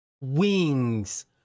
wings